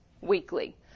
weekly